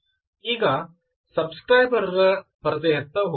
ಈಗ subscriber ರ ಪರದೆಯತ್ತ ಸಾಗೋಣ